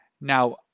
Now